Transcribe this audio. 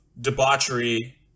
debauchery